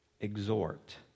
exhort